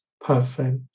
perfect